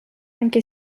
anche